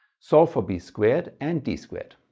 solve for b squared and d squared